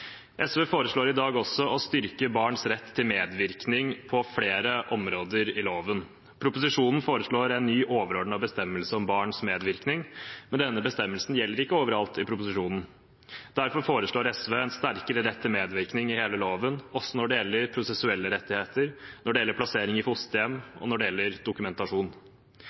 SV foreslår i dag også å styrke barns rett til medvirkning på flere områder i loven. Proposisjonen foreslår en ny overordnet bestemmelse om barns medvirkning, men denne bestemmelsen gjelder ikke overalt i proposisjonen. Derfor foreslår SV en sterkere rett til medvirkning i hele loven, også når det gjelder prosessuelle rettigheter, når det gjelder plassering i fosterhjem, og når det gjelder dokumentasjon.